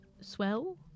swell